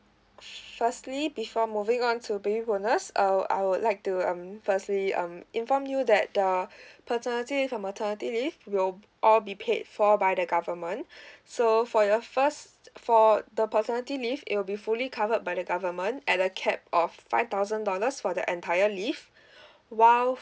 firstly before moving on to baby bonus uh I would like to um firstly um inform you that the paternity leave or maternity leave will all be paid for by the government so for your first for the paternity leave it will be fully covered by the government at a cap of five thousand dollars for the entire leave while